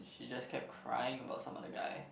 she just kept crying about some other guy